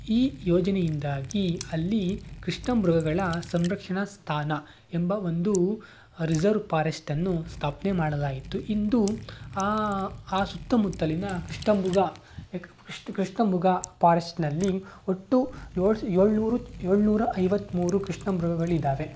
ಈ ಯೋಜನೆಯಿಂದಾಗಿ ಅಲ್ಲಿ ಕೃಷ್ಣಮೃಗಗಳ ಸಂರಕ್ಷಣಾ ಸ್ಥಾನ ಎಂಬ ಒಂದು ರಿಸರ್ವ್ ಪಾರೆಸ್ಟನ್ನು ಸ್ಥಾಪನೆ ಮಾಡಲಾಯಿತು ಇಂದು ಆ ಆ ಸುತ್ತಮುತ್ತಲಿನ ಕೃಷ್ಣಮೃಗ ಕ್ರಿಶ್ ಕೃಷ್ಣಮೃಗ ಪಾರೆಸ್ಟ್ನಲ್ಲಿ ಒಟ್ಟು ಏಳು ಏಳ್ನೂರು ಏಳ್ನೂರ ಐವತ್ತ್ಮೂರು ಕೃಷ್ಣಮೃಗಗಳು ಇದಾವೆ